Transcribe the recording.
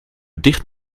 dicht